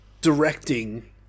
directing